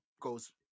goes